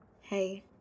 Hey